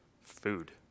food